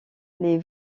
les